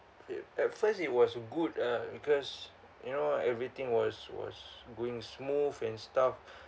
it at first it was good ah because you know everything was was going smooth and stuff